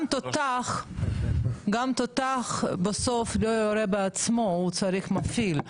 גם תותח בסוף לא יורה בעצמו, הוא צריך מפעיל.